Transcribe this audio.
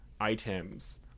items